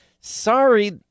sorry